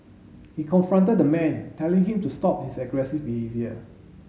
he confronted the man telling him to stop his aggressive behaviour